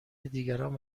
دیگران